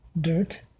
dirt